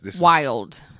Wild